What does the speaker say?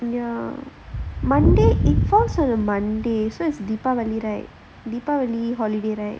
ya monday it falls on a monday so it's deepavali right deepavali holiday right